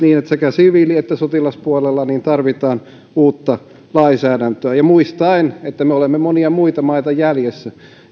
niin että sekä siviili että sotilaspuolella tarvitaan uutta lainsäädäntöä muistaen että me olemme monia muita maita jäljessä